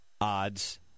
odds